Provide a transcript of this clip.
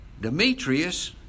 Demetrius